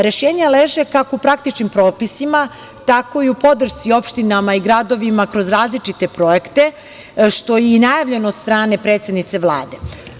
Rešenja leže kako u praktičnim propisima, tako i u podršci opštinama i gradovima kroz različite projekte, što je i najavljeno od strane predsednice Vlade.